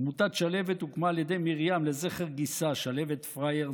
עמותת שלהב"ת הוקמה על ידי מרים לזכר גיסה שלהבת פריאר,